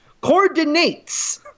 coordinates